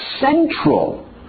central